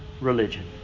religion